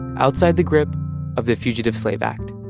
outside the grip of the fugitive slave act.